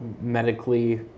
medically